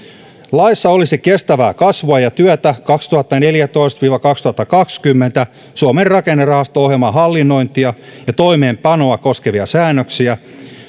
laissa olisi kestävää kasvua ja työtä kaksituhattaneljätoista viiva kaksituhattakaksikymmentä suomen rakennerahasto ohjelman hallinnointia ja toimeenpanoa koskevia säännöksiä